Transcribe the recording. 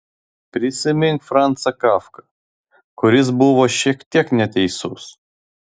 prisimink francą kafką kuris buvo šiek tiek neteisus